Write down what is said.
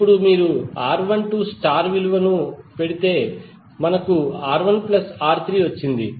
ఇప్పుడు మీరు R12 star విలువలను పెడితే మనకు R1R3 వచ్చింది